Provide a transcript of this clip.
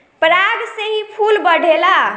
पराग से ही फूल बढ़ेला